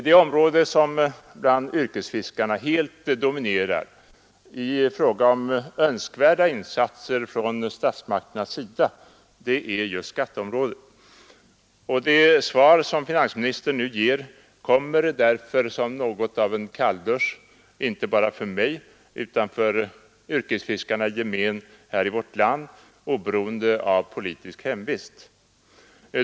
Det område som bland yrkesfiskarna helt dominerar i fråga om önskvärda insatser från statsmakternas sida är just skatteområdet. Finansministerns svar kommer därför som något av en kalldusch inte bara för mig utan för yrkesfiskarna i gemen, oberoende av politisk hemvist.